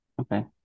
okay